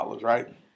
right